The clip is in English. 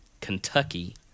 Kentucky